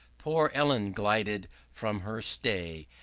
poor ellen glided from her stay,